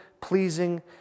pleasing